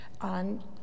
on